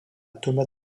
thomas